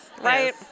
Right